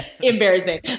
Embarrassing